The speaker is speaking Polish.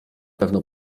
pewno